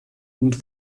und